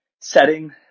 setting